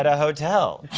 ah hotel.